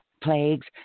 plagues